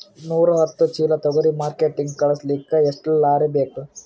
ನೂರಾಹತ್ತ ಚೀಲಾ ತೊಗರಿ ಮಾರ್ಕಿಟಿಗ ಕಳಸಲಿಕ್ಕಿ ಎಷ್ಟ ಲಾರಿ ಬೇಕು?